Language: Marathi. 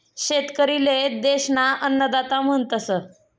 शेतकरी ले देश ना अन्नदाता म्हणतस